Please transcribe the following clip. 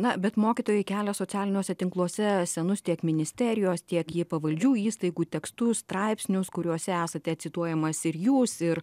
na bet mokytojai kelia socialiniuose tinkluose senus tiek ministerijos tiek jai pavaldžių įstaigų tekstus straipsnius kuriuose esate cituojamas ir jūs ir